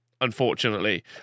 unfortunately